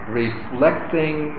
reflecting